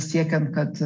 siekiant kad